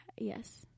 yes